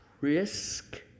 risk